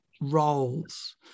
roles